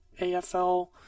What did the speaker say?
AFL